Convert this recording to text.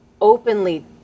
openly